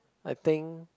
I think